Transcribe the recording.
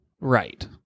Right